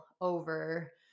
over